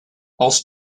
als